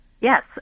Yes